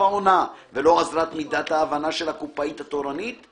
עונה / ולא עזרה מידת ההבנה / של הקופאית התורנית /